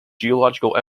geological